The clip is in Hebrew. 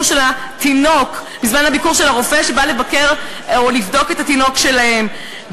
של הרופא שבא לבקר או לבדוק את התינוק שלהם,